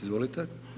Izvolite.